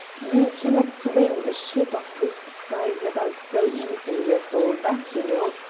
you cannot swing a ship of this size about so easily as all that, you know.